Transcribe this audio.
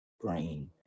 brain